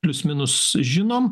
plius minus žinom